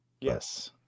Yes